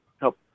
help